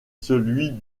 celui